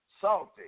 salty